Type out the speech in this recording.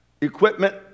equipment